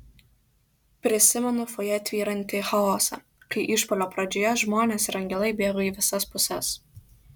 prisimenu fojė tvyrantį chaosą kai išpuolio pradžioje žmonės ir angelai bėgo į visas puses